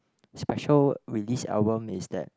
special release album is that